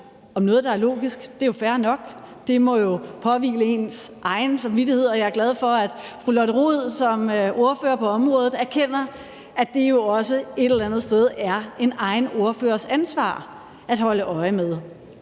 om noget, der er logisk, er jo fair nok. Det må påhvile en selv og ens egen samvittighed. Jeg er glad for, at fru Lotte Rod som ordfører på området erkender, at det et eller andet sted er en ordførers eget ansvar at holde øje med.